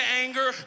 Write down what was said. anger